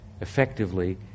effectively